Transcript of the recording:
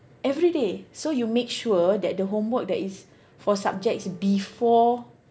everyday so you make sure that the homework that is for subjects before